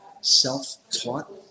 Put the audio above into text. self-taught